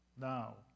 now